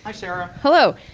hi, sara! hello.